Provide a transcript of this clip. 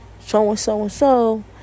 so-and-so-and-so